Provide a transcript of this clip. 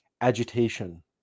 agitation